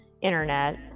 internet